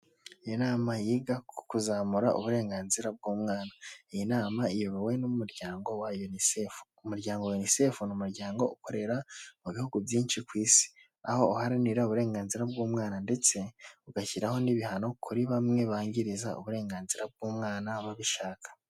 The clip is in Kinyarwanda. Inamama yiga ku kuzamura uburenganzira bw'umwana, iyi nama iyobowe n'umuryango wa UNICEF. Umuryango UNICEF ni umuryango ukorera mu bihugu byinshi ku isi aho uharanira uburenganzira bw'umwana ndetse ugashyiraho n'ibihano kuri bamwe bangiriza uburenganzira bw'umwana babishaka.